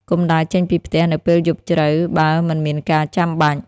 កុំដើរចេញពីផ្ទះនៅពេលយប់ជ្រៅបើមិនមានការចាំបាច់។